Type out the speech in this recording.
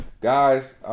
Guys